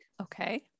Okay